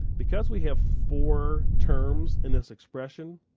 because we have four terms in this expression,